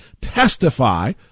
testify